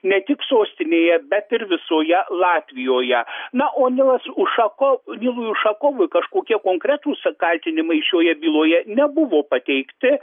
ne tik sostinėje bet ir visoje latvijoje na o nilas ušako nilui ušakovui kažkokie konkretūs kaltinimai šioje byloje nebuvo pateikti